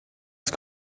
ist